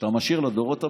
שאתה משאיר לדורות הבאים,